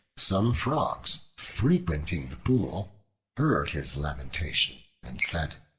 some frogs frequenting the pool heard his lamentation, and said,